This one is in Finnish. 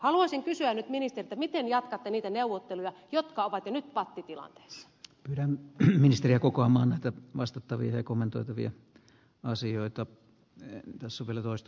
haluaisin kysyä nyt ministeriltä miten jatkatte niitä neuvotteluja jotka ovat jo nyt pattitilanteessa kymmenen ministeriä kokoamaan häntä vastata virhekomentotäviä asioita eri tasoilla toist